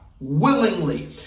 willingly